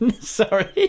sorry